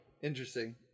Interesting